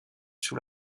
sous